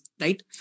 right